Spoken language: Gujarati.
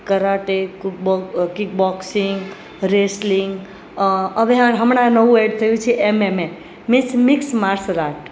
કરાટે કૂક બોક કિક બૉક્સિંગ રેસલિંગ હવે હમણાં નવું એડ થયું છે એમએમએમ મિક્સ માર્સલ આર્ટ